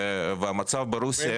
סקופ.